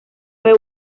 fue